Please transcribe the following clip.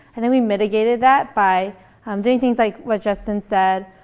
and then we mitigated that by um doing things like what justin said